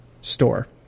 store